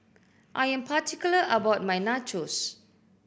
I am particular about my Nachos